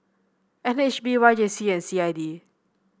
N H B Y J C and C I D